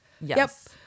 yes